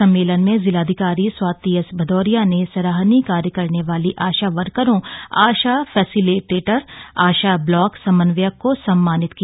सम्मेलन में जिलाधिकारी स्वाति एस भदौरिया ने सराहनीय कार्य करने वाली आशा वर्करों आशा फैसिलिटेटर और आशा ब्लाक समन्वयक को सम्मानित किया